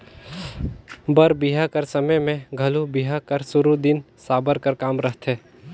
बर बिहा कर समे मे घलो बिहा कर सुरू दिन साबर कर काम रहथे